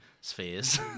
spheres